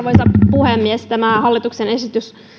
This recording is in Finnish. puhemies tämä hallituksen esitys